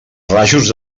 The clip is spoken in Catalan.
rajos